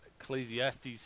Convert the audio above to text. Ecclesiastes